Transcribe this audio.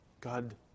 God